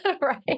right